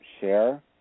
share